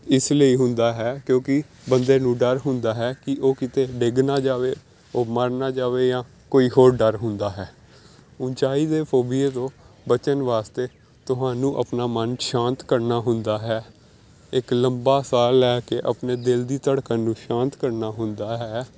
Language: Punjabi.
ਇਸ ਲਈ ਹੁੰਦਾ ਹੈ ਕਿਉਂਕਿ ਬੰਦੇ ਨੂੰ ਡਰ ਹੁੰਦਾ ਹੈ ਕਿ ਉਹ ਕਿਤੇ ਡਿੱਗ ਨਾ ਜਾਵੇ ਉਹ ਮਰ ਨਾ ਜਾਵੇ ਜਾਂ ਕੋਈ ਹੋਰ ਡਰ ਹੁੰਦਾ ਹੈ ਉੱਚਾਈ ਦੇ ਫੋਬੀਏ ਤੋਂ ਬਚਣ ਵਾਸਤੇ ਤੁਹਾਨੂੰ ਆਪਣਾ ਮਨ ਸ਼ਾਂਤ ਕਰਨਾ ਹੁੰਦਾ ਹੈ ਇੱਕ ਲੰਬਾ ਸਾਹ ਲੈ ਕੇ ਆਪਣੇ ਦਿਲ ਦੀ ਧੜਕਣ ਨੂੰ ਸ਼ਾਂਤ ਕਰਨਾ ਹੁੰਦਾ ਹੈ